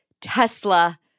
Tesla